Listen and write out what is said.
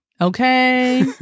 okay